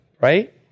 right